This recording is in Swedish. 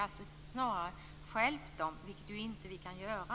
Snarare har vi då stjälpt dem, vilket vi ju inte kan göra.